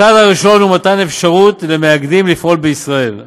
הצעד הראשון הוא מתן אפשרות למאגדים לפעול בישראל,